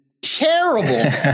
terrible